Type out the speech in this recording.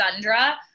Sundra